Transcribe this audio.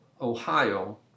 Ohio